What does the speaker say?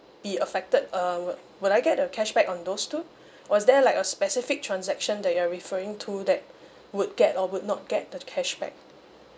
be affected uh we~ will I get the cashback on those too or is there like a specific transaction that you're referring to that would get or would not get the cashback